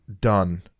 done